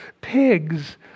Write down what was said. Pigs